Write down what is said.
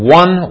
one